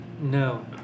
No